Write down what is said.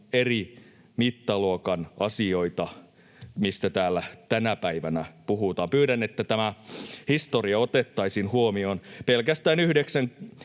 eri mittaluokan asioita, mistä täällä tänä päivänä puhutaan. Pyydän, että tämä historia otettaisiin huomioon. Pelkästään 95